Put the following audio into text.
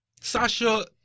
Sasha